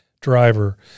driver